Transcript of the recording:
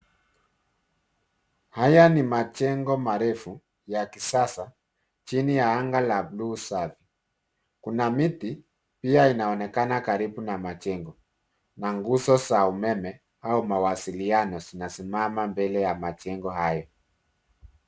Haya ni majengo marefu ya kisasa chini ya anga la bluu safi. Kuna miti pia inaonekana karibu na majengo na nguzo za umeme au mawasiliano zinasimama mbele ya majengo hayo.